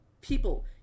people